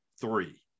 three